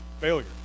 failure